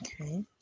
Okay